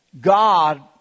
God